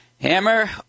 Hammer